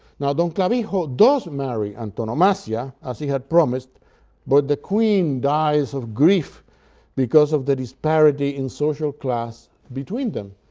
now, don clavijo does marry antonomasia, as he had promised but the queen dies of grief because of the disparity in social class between them.